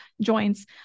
joints